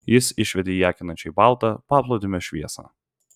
jis išvedė į akinančiai baltą paplūdimio šviesą